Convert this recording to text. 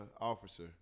officer